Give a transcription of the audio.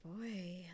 boy